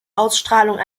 ausstrahlung